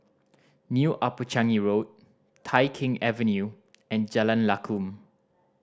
New Upper Changi Road Tai Keng Avenue and Jalan Lakum